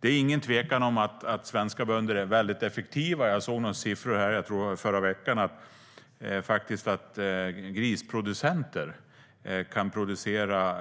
Det är ingen tvekan om att svenska bönder är mycket effektiva. Jag såg några siffror i förra veckan om att grisproducenter kan producera